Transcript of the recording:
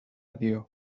dio